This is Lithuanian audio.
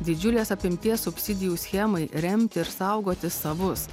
didžiulės apimties subsidijų schemai remti ir saugoti savus